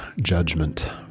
judgment